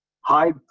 high